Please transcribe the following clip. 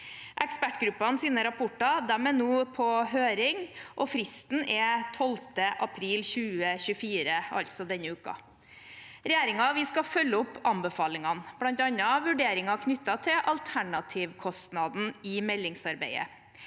Ekspertgruppenes rapporter er på høring, og fristen er 12. april 2024, altså denne uken. Regjeringen vil følge opp anbefalingene, bl.a. vurderinger knyttet til alternativkostnaden i meldingsarbeidet.